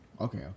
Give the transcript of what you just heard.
okay